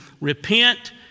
repent